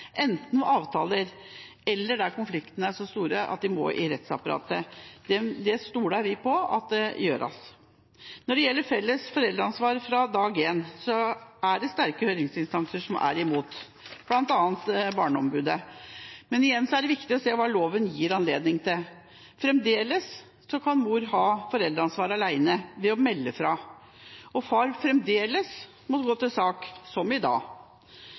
enten ved avtale eller – der konfliktene er store – i rettsapparatet. Det stoler vi på at de gjør. Når det gjelder felles foreldreansvar fra dag én, er det sterke høringsinstanser som er imot, bl.a. Barneombudet, men igjen er det viktig å se hva loven gir anledning til. Fremdeles er det slik at mor kan ha foreldreansvaret alene ved å melde fra, og at far fremdeles må gå til sak – som i dag.